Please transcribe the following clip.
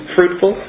Fruitful